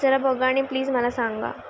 चला बघा आणि प्लीज मला सांगा